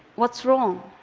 what's wrong?